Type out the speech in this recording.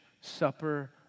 supper